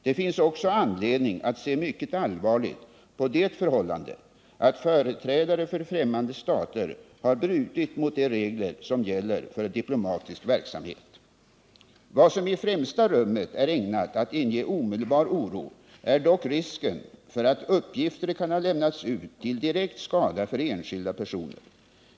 Det finns också anledning att se mycket allvarligt på det förhållandet att företrädare för fftämmande stater har brutit mot de regler som gäller för diplomatisk verksamhet. Vad som i främsta rummet är ägnat att inge omedelbar oro är dock risken för att uppgifter kan ha lämnats ut till direkt skada för enskilda personer.